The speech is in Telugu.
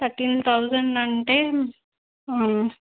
థర్టీన్ థౌజండ్ అంటే